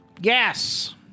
Yes